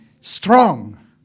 strong